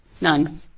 none